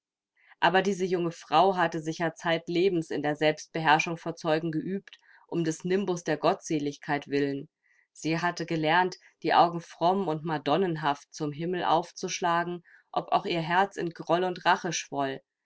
aber diese junge frau hatte sich ja zeitlebens in der selbstbeherrschung vor zeugen geübt um des nimbus der gottseligkeit willen sie hatte gelernt die augen fromm und madonnenhaft zum himmel aufzuschlagen ob auch ihr herz in groll und rache schwoll